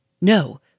No